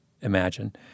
imagine